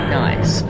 nice